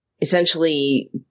essentially